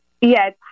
Yes